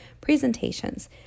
presentations